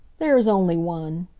there is only one.